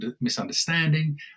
misunderstanding